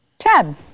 Chad